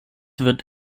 wird